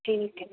ٹھیک ہے